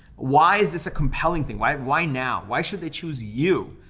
why is this a compelling thing? why why now? why should they choose you?